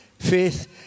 Faith